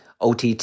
OTT